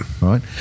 Right